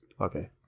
Okay